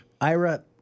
Ira